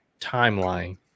timeline